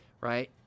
right